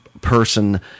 person